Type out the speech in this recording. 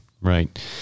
right